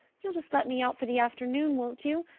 you'll just let me out for the afternoon, won't you?